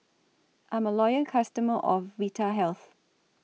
I'm A Loyal customer of Vitahealth